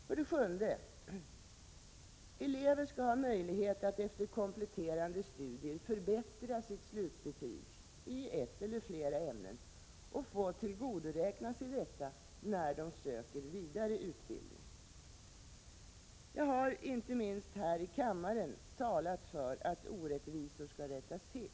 För det sjunde skall elever ha möjlighet att efter kompletterande studier förbättra sitt slutbetyg i ett eller flera ämnen och få tillgodoräkna sig detta när de söker vidare utbildning. Jag har inte minst här i kammaren talat för att orättvisor skall rättas till.